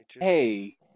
Hey